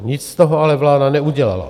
Nic z toho ale vláda neudělala.